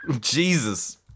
jesus